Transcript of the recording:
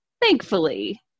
Thankfully